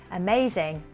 amazing